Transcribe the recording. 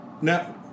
No